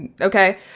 Okay